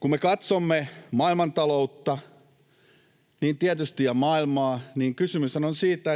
Kun me katsomme maailmantaloutta ja maailmaa, niin tietysti kysymyshän on siitä,